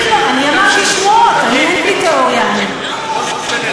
אני אמרתי שמועות, אני, אין לי תיאוריה, אני.